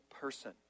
person